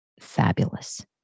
Fabulous